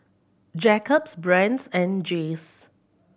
Jacob's Brand's and Jays